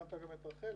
ציינת גם את רח"ל,